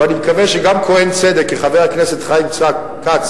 ואני מקווה שגם כוהן צדק כחבר הכנסת חיים כץ,